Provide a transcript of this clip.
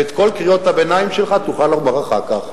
ואת כל קריאות הביניים שלך תוכל לומר אחר כך.